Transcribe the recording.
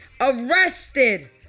arrested